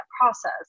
process